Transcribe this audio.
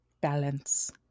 Balance